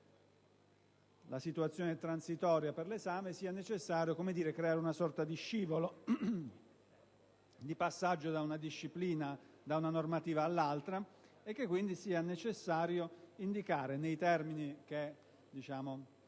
la situazione transitoria per l'esame, sia necessario creare una sorta di scivolo, di passaggio da una normativa all'altra e che quindi sia necessario indicare, nei termini che non